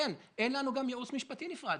כן, אין לנו גם ייעוץ משפטי נפרד.